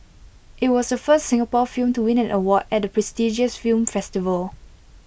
IT was the first Singapore film to win an award at the prestigious film festival